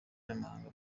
n’amahanga